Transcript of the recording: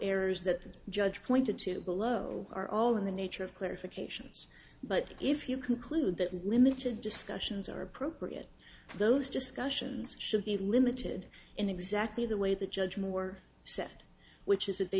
errors that the judge pointed to below are all in the nature of clarifications but if you conclude that limited discussions are appropriate for those discussions should be limited in exactly the way the judge moore said which is that they